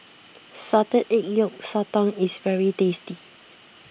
Salted Egg Yolk Sotong is very tasty